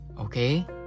Okay